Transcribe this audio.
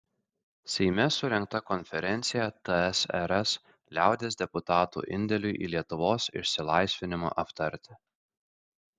seime surengta konferencija tsrs liaudies deputatų indėliui į lietuvos išsilaisvinimą aptarti